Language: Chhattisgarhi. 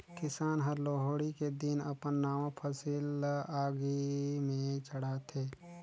किसान हर लोहड़ी के दिन अपन नावा फसिल ल आगि में चढ़ाथें